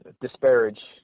disparage